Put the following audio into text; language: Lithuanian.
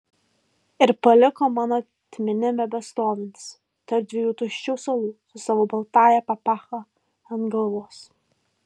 ir paliko mano atminime bestovintis tarp dviejų tuščių suolų su savo baltąja papacha ant galvos